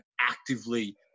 actively